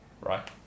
right